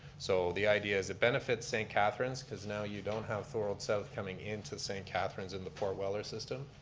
so the idea is it benefits benefits st. catharines, cause now you don't have thorold south coming in to st. catharines in the port weller system.